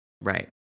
right